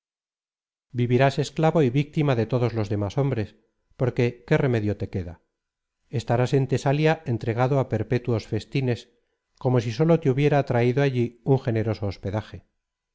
vivirás esclavo y víctima de todos los demás hombres porque qué remedio te queda estarás en tesalia entregado á perpetuos festines como si sólo te hubiera atraido allí un generoso hospedaje